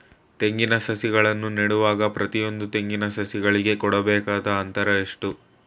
ತೆಂಗಿನ ಸಸಿಗಳನ್ನು ನೆಡುವಾಗ ಪ್ರತಿಯೊಂದು ತೆಂಗಿನ ಸಸಿಗಳಿಗೆ ಕೊಡಬೇಕಾದ ಅಂತರ ಎಷ್ಟು?